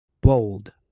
bold